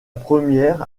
première